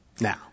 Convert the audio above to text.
Now